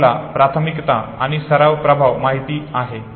तुम्हाला प्राथमिकता आणि सराव प्रभाव माहित आहे